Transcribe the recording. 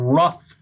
rough